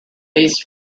these